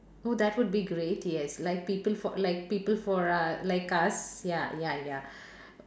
oh that would be great yes like people for like people for uh like us ya ya ya